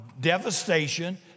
devastation